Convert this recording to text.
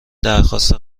درخواست